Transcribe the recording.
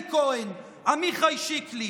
אלי כהן, עמיחי שיקלי.